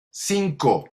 cinco